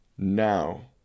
Now